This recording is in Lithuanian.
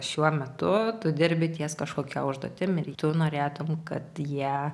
šiuo metu tu dirbi ties kažkokia užduotim ir tu norėtum kad jie